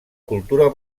cultura